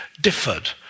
differed